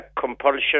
compulsion